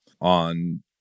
on